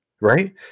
right